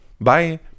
bye